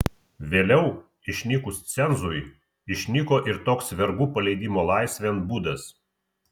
vėliau išnykus cenzui išnyko ir toks vergų paleidimo laisvėn būdas